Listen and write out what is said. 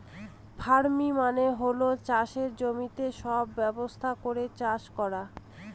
farming মানে হল চাষের জমিতে সব ব্যবস্থা করে চাষ করা